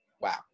wow